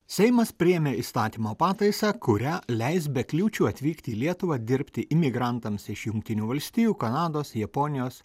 seimas priėmė įstatymo pataisą kuria leis be kliūčių atvykti į lietuvą dirbti imigrantams iš jungtinių valstijų kanados japonijos